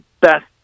best